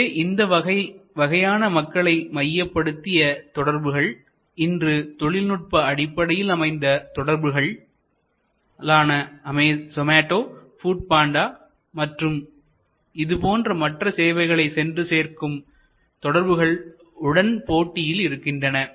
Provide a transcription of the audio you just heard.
எனவே இந்த வகையான மக்களை மையப்படுத்திய தொடர்புகள் இன்று தொழில்நுட்ப அடிப்படையில் அமைந்த தொடர்புகள் ஆன் ஆன சோமடோ ஃபுட் பாண்டா மற்றும் இது போன்ற மற்ற சேவைகளை சென்று சேர்க்கும் தொடர்புகள் உடன் போட்டியில் இருக்கின்றன